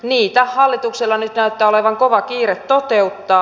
niitä hallituksella nyt näyttää olevan kova kiire toteuttaa